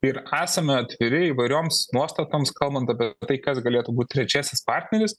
ir esame atviri įvairioms nuostatoms kalbant apie tai kas galėtų būt trečiasis partneris